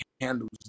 handles